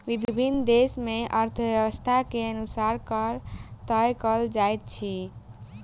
विभिन्न देस मे अर्थव्यवस्था के अनुसार कर तय कयल जाइत अछि